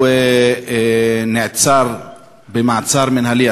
הוא נעצר במעצר מינהלי,